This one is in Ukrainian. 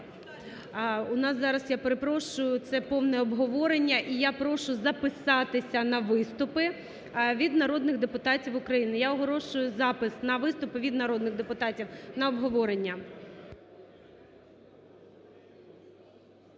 У нас зараз, я перепрошую, це повне обговорення, і я прошу записатися на виступи від народних депутатів України. Я оголошую запис на виступи від народних депутатів на обговорення.